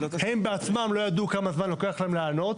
הם בעצמם לא ידעו כמה זמן לוקח להם לענות.